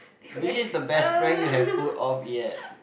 which is the best prank you have pulled off yet